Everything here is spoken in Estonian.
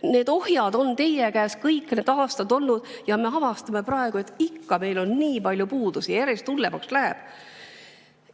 Need ohjad on olnud teie käes kõik need aastad, aga me avastame praegu, et ikka veel on nii palju puudusi ja järjest hullemaks läheb.